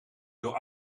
door